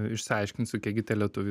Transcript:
išsiaiškinsiu kiek gi tie lietuviai